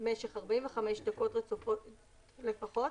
למשך 45 דקות רצופות לפחות,